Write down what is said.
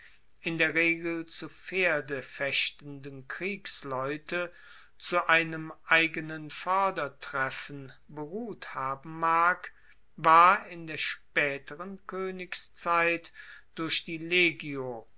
in der regel zu pferde fechtenden kriegsleute zu einem eigenen vordertreffen beruht haben mag war in der spaeteren koenigszeit durch die legio